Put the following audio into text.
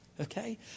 Okay